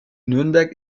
nürnberg